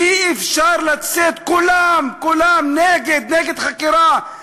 אי-אפשר לצאת כולם, כולם, נגד חקירה.